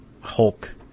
Hulk